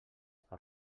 per